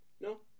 no